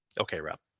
okay, rob.